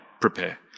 prepare